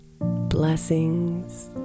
Blessings